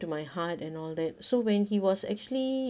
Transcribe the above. to my heart and all that so when he was actually